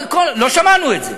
לא שמענו את זה.